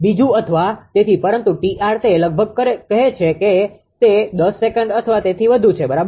બીજું અથવા તેથી પરંતુ 𝑇𝑟 તે લગભગ કહેશે કે તે 10 સેકંડ અથવા તેથી વધુ છે બરાબર